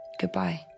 Goodbye